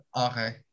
okay